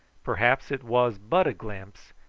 perhaps it was but a glimpse,